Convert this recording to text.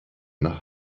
nach